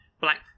black